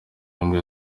indwara